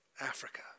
Africa